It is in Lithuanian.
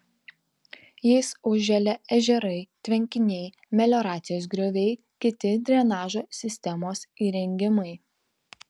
jais užželia ežerai tvenkiniai melioracijos grioviai kiti drenažo sistemos įrengimai